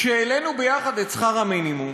כשהעלינו ביחד את שכר המינימום,